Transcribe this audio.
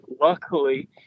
luckily